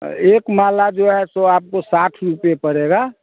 एक माला जो है तो आपको साठ रुपए पड़ेगा